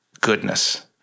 goodness